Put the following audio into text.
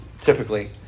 typically